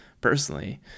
personally